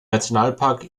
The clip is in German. nationalpark